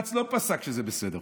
בג"ץ לא פסק שזה בסדר,